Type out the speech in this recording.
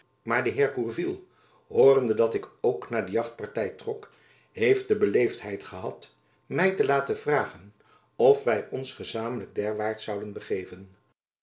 maar de heer de gourville hoorende dat ik ook naar de jacob van lennep elizabeth musch jachtparty trok heeft de beleefdheid gehad my te laten vragen of wy ons gezamenlijk derwaarts zouden begeven